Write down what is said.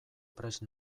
prest